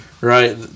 right